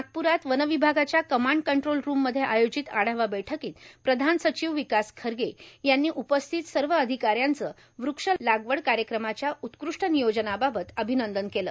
नागप्रात वनविभागाच्या command control रुममध्ये आयोजित आढावा बैठकीत प्रधान सचिव विकास खारगे यांनी उपस्थित सर्व अधिकाऱ्यांचे वृक्ष लागवड कार्यक्रमाच्या उत्कृष्ट नियोजनाबाबत अभिनंदन केले